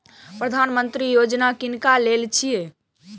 प्रधानमंत्री यौजना किनका लेल छिए?